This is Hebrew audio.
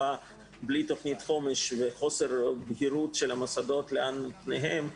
בלי תכנית חומש וחוסר בהירות של המוסדות לאן פניהם מועדות,